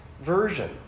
version